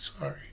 Sorry